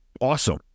awesome